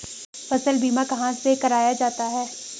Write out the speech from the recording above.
फसल बीमा कहाँ से कराया जाता है?